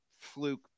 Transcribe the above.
fluke